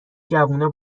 جوونا